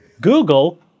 Google